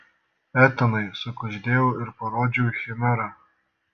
etanai sukuždėjau ir parodžiau į chimerą